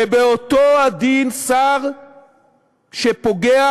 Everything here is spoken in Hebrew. ובאותו הדין, שר שפוגע,